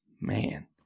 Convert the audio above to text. Man